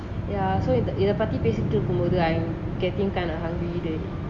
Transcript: ya so in the in the இத பத்தி பேசிட்டு இருக்குறபோது:itha pathi peasitu irukurapothu I am getting kinda hungry